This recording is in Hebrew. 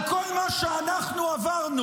על כל מה שאנחנו עברנו,